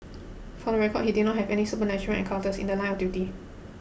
for the record he did not have any supernatural encounters in the line of duty